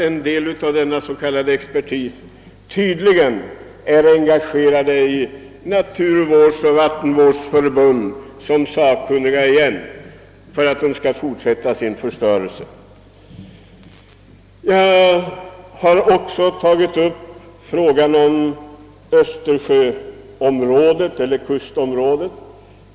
En del av denna s.k. expertis är tydligen engagerad på nytt, nu såsom sakkunniga i naturvårdsoch vattenvårdsförbund, för att fortsätta med sin förstörelse. Jag har också berört frågan om kustområdet vid Östersjön.